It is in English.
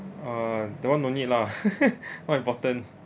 ah that one no need lah not important